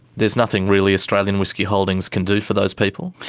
there's nothing really australian whiskey holdings can do for those people?